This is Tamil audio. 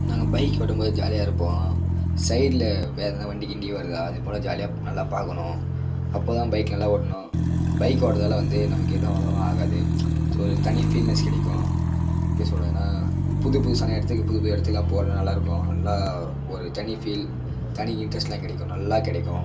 நாங்கள் பைக் ஓட்டும் போது ஜாலியாக இருப்போம் சைட்டில் வேற எதுனா வண்டி கிண்டி வருதா அதே போல ஜாலியாக நல்லா பார்க்கணும் அப்போ தான் பைக் நல்லா ஓடணும் பைக் ஓட்டுறதால வந்து நமக்கு எதுவும் அவ்ளோவா ஆகாது ஒரு தனி ஃபீல்னஸ் கிடைக்கும் எப்படி சொல்கிறதுனா புது புதுசான இடத்துக்கு புது புது இடத்துக்குலாம் போகிறது நல்லா இருக்கும் நல்லா ஒரு தனி ஃபீல் தனி இன்ட்ரெஸ்ட்லாம் கிடைக்கும் நல்லா கிடைக்கும்